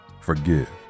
forgive